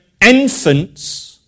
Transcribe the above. infants